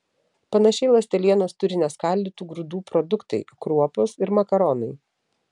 panašiai ląstelienos turi neskaldytų grūdų produktai kruopos ir makaronai